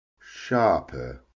sharper